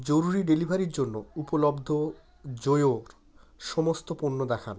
জরুরি ডেলিভারির জন্য উপলব্ধ জোয়োর সমস্ত পণ্য দেখান